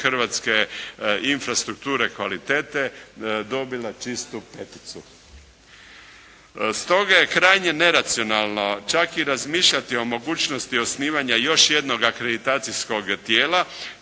hrvatske infrastrukture kvalitete dobila čistu peticu. Stoga je krajnje neracionalno čak i razmišljati o mogućnosti osnivanja još jednog akreditacijskog tijela